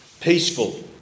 Peaceful